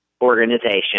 organization